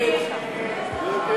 הצעת